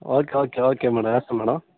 okay okay okay madam వేస్తాం madam